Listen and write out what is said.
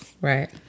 right